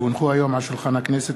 כי הונחו היום על שולחן הכנסת,